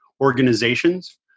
organizations